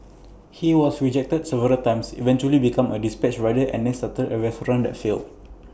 he was rejected several times eventually became A dispatch rider and then started A restaurant that failed